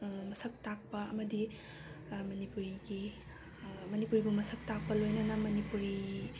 ꯃꯁꯛ ꯇꯥꯛꯄ ꯑꯃꯗꯤ ꯃꯅꯤꯄꯨꯔꯤꯒꯤ ꯃꯅꯤꯄꯨꯔꯕꯨ ꯃꯁꯛ ꯇꯥꯛꯄ ꯂꯣꯏꯅꯅ ꯃꯅꯤꯄꯨꯔꯤ